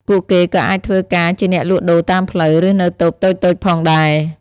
ពួកគេក៏អាចធ្វើការជាអ្នកលក់ដូរតាមផ្លូវ ឬនៅតូបតូចៗផងដែរ។